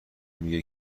میگه